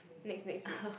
next next week